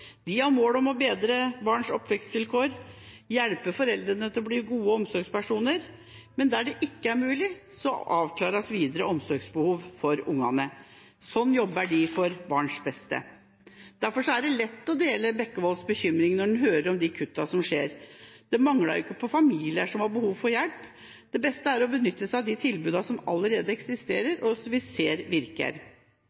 De har mål om å bedre barns oppvekstvilkår og hjelpe foreldrene til å bli gode omsorgspersoner, men der det ikke er mulig, avklares videre omsorgsbehov for ungene. Sånn jobber de for barns beste. Derfor er det lett å dele Bekkevolds bekymring når en hører om de kuttene som skjer. Det mangler jo ikke på familier som har behov for hjelp. Det beste er å benytte seg av de tilbudene som allerede eksisterer,